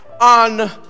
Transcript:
on